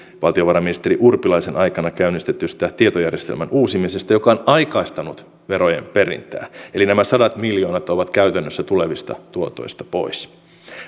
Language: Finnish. valtiovarainministeri urpilaisen aikana käynnistetystä tietojärjestelmän uusimisesta joka on aikaistanut verojen perintää eli nämä sadat miljoonat ovat käytännössä tulevista tuotoista pois